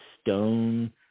stone